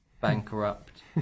bankrupt